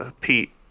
Pete